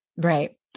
Right